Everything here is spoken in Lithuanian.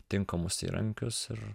tinkamus įrankius ir